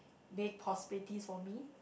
that possibilities for me